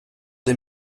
des